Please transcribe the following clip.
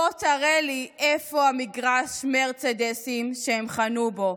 בוא תראה לי איפה מגרש המרצדסים שהם חנו בו.